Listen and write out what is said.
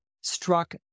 struck